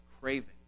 craving